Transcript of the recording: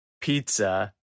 pizza